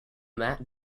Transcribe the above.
that